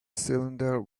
cylinder